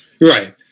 right